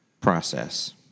process